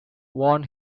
won